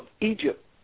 Egypt